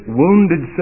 wounded